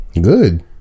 good